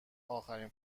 آخرین